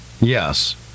Yes